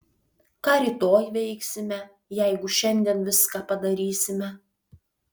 ką rytoj veiksime jeigu šiandien viską padarysime